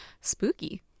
Spooky